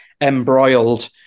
embroiled